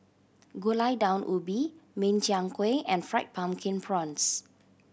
Gulai Daun Ubi Min Chiang Kueh and Fried Pumpkin Prawns